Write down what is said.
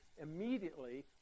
Immediately